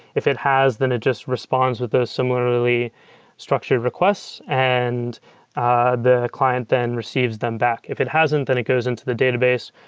if it has, then it just responds with the similarly structured requests and ah the client then receives them back. if it hasn't, then it goes into the database,